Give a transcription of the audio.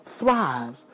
thrives